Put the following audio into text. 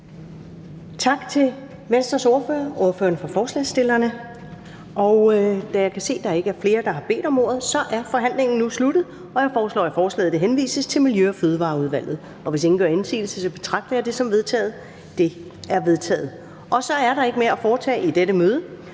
Tak til Venstres ordfører og ordføreren for forslagsstillerne. Da jeg kan se, at der ikke er flere, der har bedt om ordet, er forhandlingen nu sluttet. Jeg foreslår, at forslaget henvises til Miljø- og Fødevareudvalget. Hvis ingen gør indsigelse, betragter jeg det som vedtaget. Det er vedtaget. --- Kl. 21:03 Meddelelser fra formanden